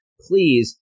please